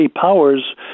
powers